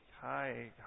hi